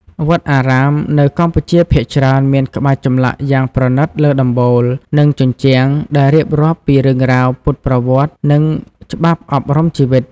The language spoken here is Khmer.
វត្តអារាមនៅកម្ពុជាភាគច្រើនមានក្បាច់ចម្លាក់យ៉ាងប្រណីតលើដំបូល និងជញ្ជាំង ដែលរៀបរាប់ពីរឿងរ៉ាវពុទ្ធប្រវត្តិ និងច្បាប់អប់រំជីវិត។